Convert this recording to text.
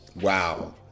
Wow